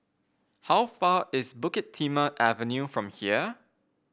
how far is Bukit Timah Avenue from here